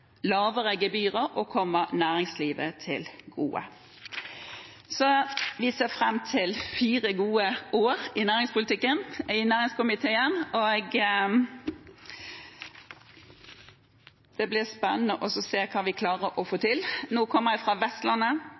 lavere gebyrer og kommer næringslivet til gode. Vi ser fram til fire gode år i næringspolitikken og næringskomiteen. Det blir spennende å se hva vi klarer å få til. Nå kommer jeg fra Vestlandet.